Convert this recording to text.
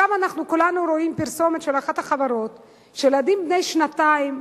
עכשיו אנחנו כולנו רואים פרסומת של אחת החברות שילדים בני שנתיים,